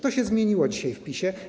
To się zmieniło dzisiaj w PiS-ie.